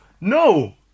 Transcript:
No